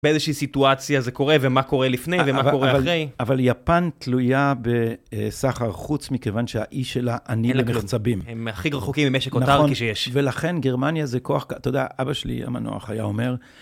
באיזושהי סיטואציה זה קורה, ומה קורה לפני, ומה קורה אחרי. אבל יפן תלויה בסחר חוץ, מכיוון שהאי שלה עני למחצבים. הם הכי רחוקים ממשק אוטרקי שיש. ולכן גרמניה זה כוח... אתה יודע, אבא שלי, המנוח, היה אומר...